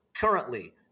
currently